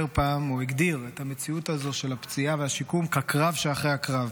הוא הגדיר את המציאות הזאת של הפציעה והשיקום כקרב שאחרי הקרב.